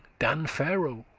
dan pharaoh,